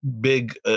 big